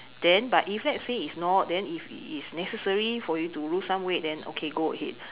then but if let's say it's not then if it is necessary for you to lose some weight then okay go ahead